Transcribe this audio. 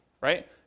right